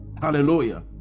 Hallelujah